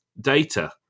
data